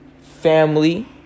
family